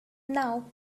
now